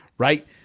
right